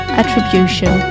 attribution